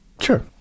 Sure